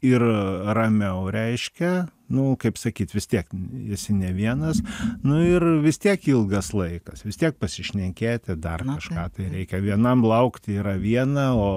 ir ramiau reiškia nu kaip sakyt vis tiek esi ne vienas nu ir vis tiek ilgas laikas vis tiek pasišnekėti dar kažką tai reikia vienam laukti yra viena o